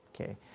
Okay